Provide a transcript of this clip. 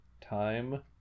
time